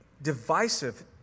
divisive